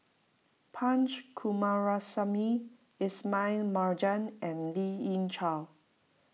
Punch Coomaraswamy Ismail Marjan and Lien Ying Chow